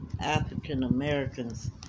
African-Americans